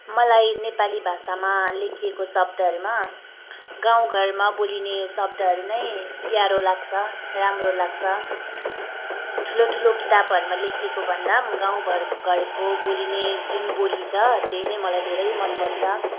मलाई नेपाली भाषामा लेखिएको शब्दहरूमा गाउँघरमा बोलिने शब्दहरू नै प्यारो लाग्छ राम्रो लाग्छ ठुलो ठुलो किताबहरूमा लेखिएकोभन्दा गाउँ घरको बोलिने जुन बोली छ त्यही नै मलाई धेरै मनपर्छ